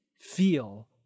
feel